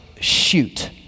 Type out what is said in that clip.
shoot